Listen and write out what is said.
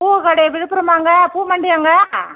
பூக்கடை விழுப்புரமாங்க பூ மண்டியாங்க